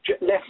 less